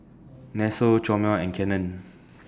Nestle Chomel and Canon